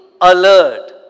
alert